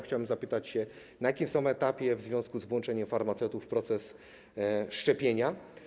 Chciałbym zapytać, na jakim są etapie w związku z włączeniem farmaceutów w proces szczepienia.